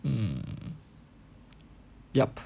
um yup